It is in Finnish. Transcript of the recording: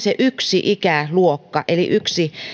se yksi ikäluokka eli yksi